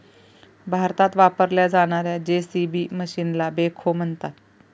भारतात वापरल्या जाणार्या जे.सी.बी मशीनला बेखो म्हणतात